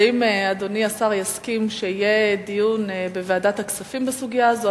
האם אדוני השר יסכים שיהיה דיון בוועדת הכספים בסוגיה הזו,